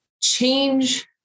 change